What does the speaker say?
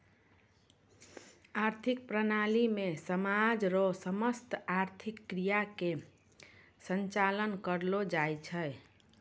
आर्थिक प्रणाली मे समाज रो समस्त आर्थिक क्रिया के संचालन करलो जाय छै